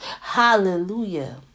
Hallelujah